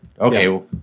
okay